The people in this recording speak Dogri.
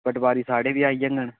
पटवारी साढ़े बी आई जाङन